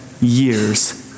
years